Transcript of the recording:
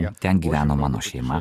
ten gyveno mano šeima